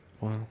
Wow